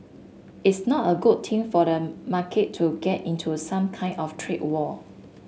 it's not a good thing for the market to get into some kind of trade war